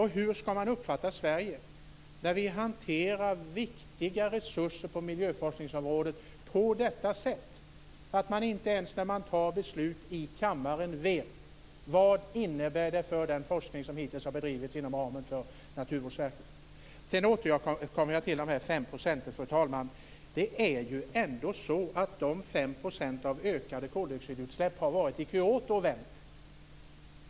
Hur skall man uppfatta Sverige när vi hanterar viktiga resurser på miljöforskningsområdet på detta sätt? Inte ens när man fattar beslut i kammaren vet man vad det innebär för den forskning som hittills har bedrivits inom ramen för Naturvårdsverket. Sedan återkommer jag till de 5 procenten, fru talman. Det är ju ändå så att de 5 procenten av ökade koldioxidutsläpp har varit i Kyoto och vänt.